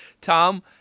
Tom